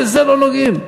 בזה לא נוגעים.